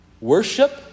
worship